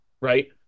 right